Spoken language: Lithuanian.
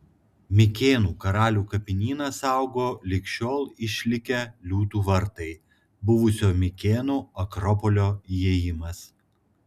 mikėnų karalių kapinyną saugo lig šiol išlikę liūtų vartai buvusio mikėnų akropolio įėjimas